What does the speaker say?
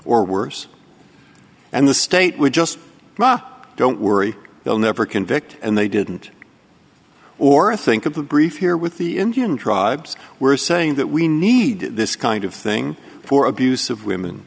or worse and the state would just raw don't worry they'll never convict and they didn't or think of the brief here with the indian tribes were saying that we need this kind of thing for abuse of women